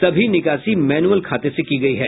सभी निकासी मैनुअल खाते से की गयी है